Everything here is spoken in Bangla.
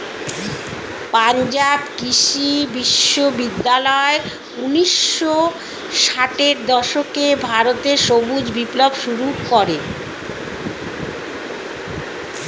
পাঞ্জাব কৃষি বিশ্ববিদ্যালয় ঊন্নিশো ষাটের দশকে ভারতে সবুজ বিপ্লব শুরু করে